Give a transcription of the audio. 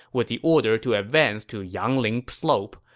with the order to advance to yangling slope,